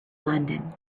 london